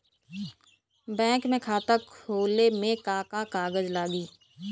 Bank में खाता खोले मे का का कागज लागी?